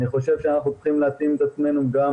אני חושב שאנחנו צריכים להתאים את עצמנו גם